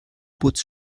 boots